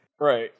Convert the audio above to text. Right